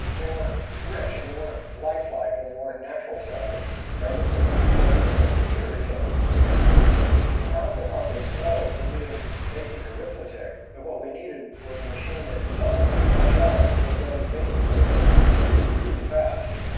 they weren't rich, and they weren't life-like, and they weren't natural sounding i knew that we could do all this on the computer, except that computers were just horribly, horribly slow in doing basic arithmetic. what we needed was a machine that doesn't do much else, but does basic arithmetic really, really fast